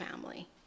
family